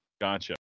Gotcha